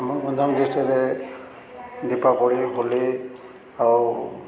ଆମ ଗଞ୍ଜାମ ଡିଷ୍ଟ୍ରିକ୍ଟରେ ଦୀପାବଳି ହୋଲି ଆଉ